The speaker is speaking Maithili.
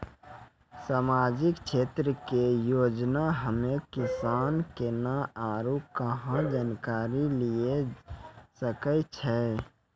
समाजिक क्षेत्र के योजना हम्मे किसान केना आरू कहाँ जानकारी लिये सकय छियै?